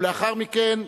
ולאחר מכן,